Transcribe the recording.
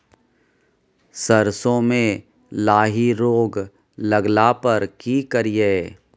सरसो मे लाही रोग लगला पर की करिये?